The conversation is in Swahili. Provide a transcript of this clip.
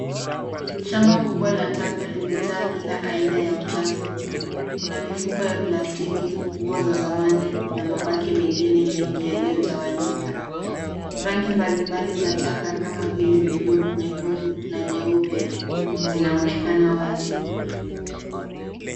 Shamba kubwa la taka lime jaa kila aina ya uchafu, kuna ya plastiki, nguo za zamani na mabaki mengi yalio tawanyika. Rangi mbalimbali za taka kama vile bluu, nyekundu na nyeupe zinaonekana wazi.